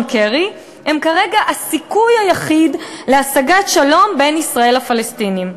קרי הם כרגע הסיכוי היחיד להשגת שלום בין ישראל לפלסטינים.